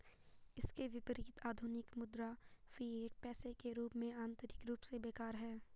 इसके विपरीत, आधुनिक मुद्रा, फिएट पैसे के रूप में, आंतरिक रूप से बेकार है